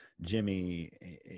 Jimmy